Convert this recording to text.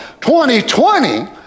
2020